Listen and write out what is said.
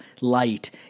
light